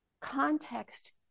Context